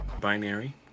Binary